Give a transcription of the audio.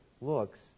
looks